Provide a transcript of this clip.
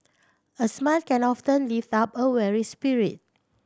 a smile can lift up a weary spirit